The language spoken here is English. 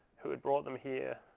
who had brought them here,